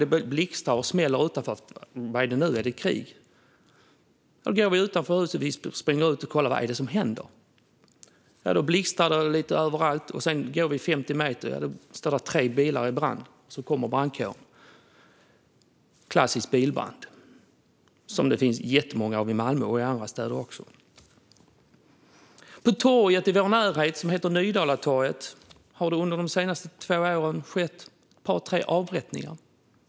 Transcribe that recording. Det blixtrar och smäller utanför. Vad är det nu? Är det krig? Vi springer ut från huset och kollar vad som händer. Det blixtrar lite överallt, och sedan går vi 50 meter. Där står tre bilar i brand, och så kommer brandkåren. Det var en klassisk bilbrand, som det finns jättemånga av i Malmö och i andra städer också. På torget i vår närhet, som heter Nydalatorget, har det under de senaste två åren skett ett par tre avrättningar.